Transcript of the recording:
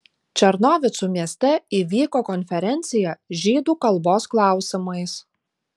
černovicų mieste įvyko konferencija žydų kalbos klausimais